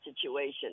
situation